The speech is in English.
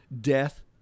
death